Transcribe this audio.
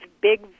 big